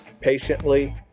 Patiently